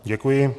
Děkuji.